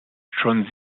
schon